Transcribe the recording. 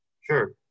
Sure